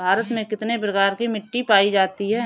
भारत में कितने प्रकार की मिट्टी पाई जाती है?